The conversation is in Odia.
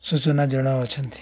ସୂଚନା ଜଣାଉ ଅଛନ୍ତି